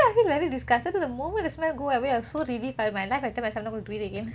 I feel very disgusted because the moment the smell go away I was so relieved in life I tell myself not going to do it again